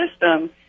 system